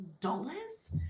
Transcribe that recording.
dollars